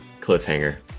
cliffhanger